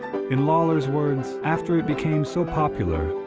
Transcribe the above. in lawlor's words after it became so popular,